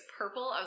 purple